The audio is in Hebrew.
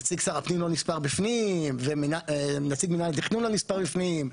נציג שר הפנים לא נספר בפנים ונציג מינהל התכנון לא נספר בפנים,